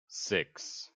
six